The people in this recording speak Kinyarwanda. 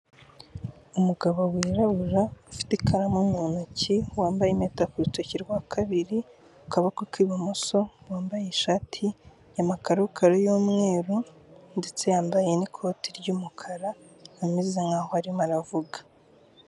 Umugabo wirabura ufite ikaramu mu ntoki wambaye impeta ku rutoki rwa kabiri mu kaboko k'ibumoso, wambaye ishati y'amakarokaro y'umweru ndetse yambaye n'ikoti ry'umukara ameze nkaho arimo aravuga.